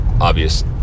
obvious